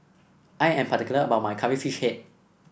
I am particular about my Curry Fish Head